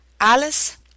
Alice